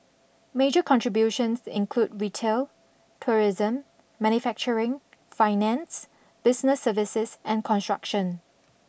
major contributions include retail tourism manufacturing finance business services and construction